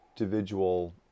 individual